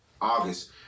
August